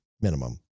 Minimum